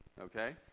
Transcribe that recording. Okay